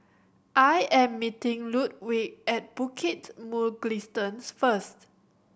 I am meeting Ludwig at Bukit Mugliston first